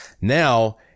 now